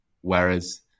Whereas